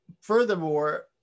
Furthermore